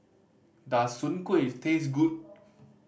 does Soon Kuih taste good